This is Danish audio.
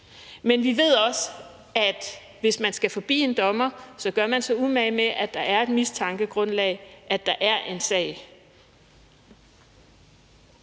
Men vi ved også, at man, hvis man skal forbi en dommer, gør sig umage med, at der er et mistankegrundlag, at der er en sag.